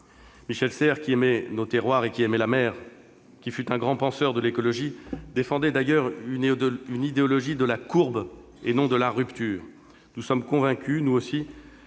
Michel Serres, qui aimait nos terroirs et qui aimait la mer, qui fut un grand penseur de l'écologie, défendait d'ailleurs une idéologie de la courbe, et non de la rupture. Nous sommes convaincus, nous aussi,